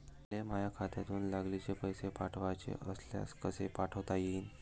मले माह्या खात्यातून लागलीच पैसे पाठवाचे असल्यास कसे पाठोता यीन?